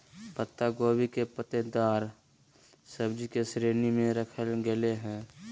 पत्ता गोभी के पत्तेदार सब्जि की श्रेणी में रखल गेले हें